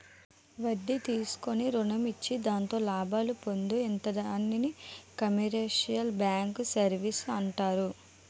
వడ్డీ తీసుకుని రుణం ఇచ్చి దాంతో లాభాలు పొందు ఇధానాన్ని కమర్షియల్ బ్యాంకు సర్వీసు అంటారు